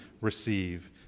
receive